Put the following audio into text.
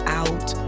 out